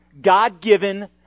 God-given